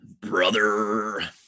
brother